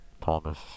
Thomas